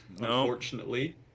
unfortunately